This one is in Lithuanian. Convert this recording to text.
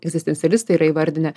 egzistencialistai yra įvardinę